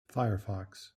firefox